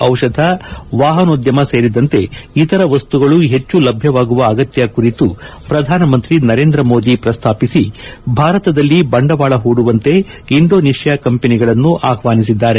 ಔಷಧ ವಾಹನೋದ್ದಮ ಸೇರಿದಂತೆ ಇತರ ವಸ್ತುಗಳು ಹೆಚ್ಚು ಲಭ್ವವಾಗುವ ಅಗತ್ತ ಕುರಿತು ಪ್ರಧಾನಮಂತ್ರಿ ನರೇಂದ್ರ ಮೋದಿ ಪ್ರಸ್ತಾಪಿಸಿ ಭಾರತದಲ್ಲಿ ಬಂಡವಾಳ ಹೂಡುವಂತೆ ಇಂಡೋನೇಷಿಯಾ ಕಂಪನಿಗಳನ್ನು ಆಹ್ವಾನಿಸಿದ್ದಾರೆ